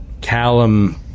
Callum